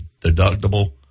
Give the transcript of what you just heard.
deductible